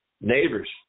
neighbors